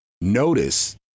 notice